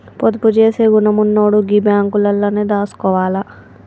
పొదుపు జేసే గుణమున్నోడు గీ బాంకులల్లనే దాసుకోవాల